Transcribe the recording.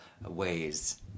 ways